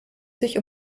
sich